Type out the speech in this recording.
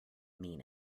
mean